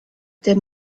der